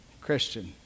Christian